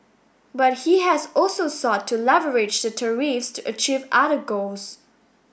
but he has also sought to leverage the tariffs to achieve other goals